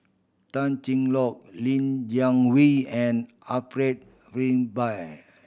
Tan Cheng Lock Li Jiawei and Alfred Frisby